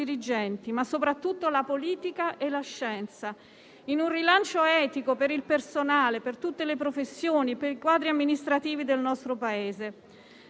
dirigenti, ma soprattutto la politica e la scienza, in un rilancio etico per il personale, per tutte le professioni, per i quadri amministrativi del nostro Paese.